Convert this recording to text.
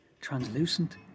translucent